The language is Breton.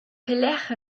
pelecʼh